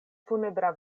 funebra